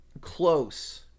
close